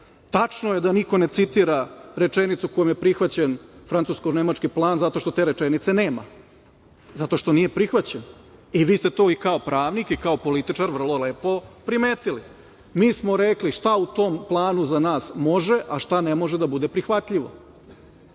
nema. Tačno je da niko ne citira rečenicu kojom je prihvaćen francusko-nemački plan zato što te rečenice nema, zato što nije prihvaćen i vi ste to kao pravnik i kao političar vrlo lepo primetili. Mi smo rekli šta u tom planu za nas može, a šta ne može da bude prihvatljivo.